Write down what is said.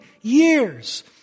years